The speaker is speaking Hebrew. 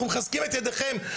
אנחנו מחזקים את ידיכם,